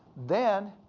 then,